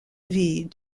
vis